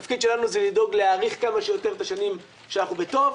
התפקיד שלנו זה לדאוג להאריך כמה שיותר את השנים שאנחנו בטוב,